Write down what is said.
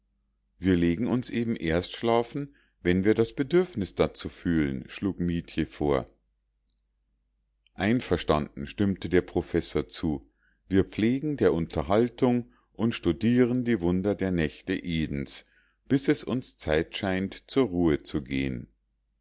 wir legen uns eben erst schlafen wenn wir das bedürfnis dazu fühlen schlug mietje vor einverstanden stimmte der professor zu wir pflegen der unterhaltung und studieren die wunder der nächte edens bis es uns zeit scheint zur ruhe zu gehen